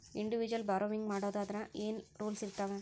Individual borrowing ಮಾಡೊದಾದ್ರ ಏನ್ ರೂಲ್ಸಿರ್ತಾವ?